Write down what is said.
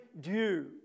due